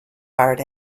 barred